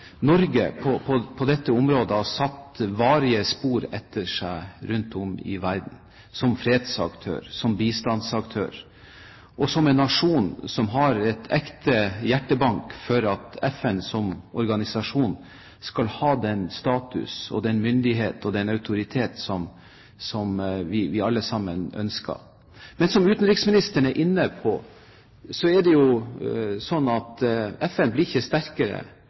på dette området har satt varige spor etter seg rundt om i verden, som fredsaktør, som bistandsaktør, og som en nasjon som har ekte hjertebank for at FN som organisasjon skal ha den status, den myndighet og den autoritet som vi alle sammen ønsker. Men som utenriksministeren var inne på, er det sånn at FN blir ikke sterkere